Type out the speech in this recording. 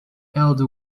elder